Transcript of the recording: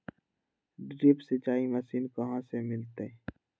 Drip सिंचाई machine कहाँ से मिलतै?